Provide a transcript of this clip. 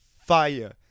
fire